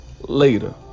later